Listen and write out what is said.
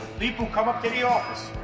leepu, come up to the office.